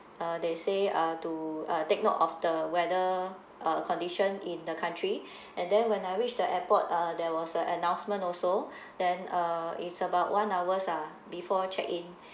uh they say uh to uh take note of the weather uh condition in the country and then when I reach the airport uh there was an announcement also then uh it's about one hours ah before check in